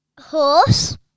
Horse